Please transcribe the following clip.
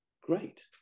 great